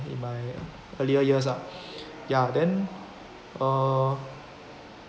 in my earlier years lah ya then uh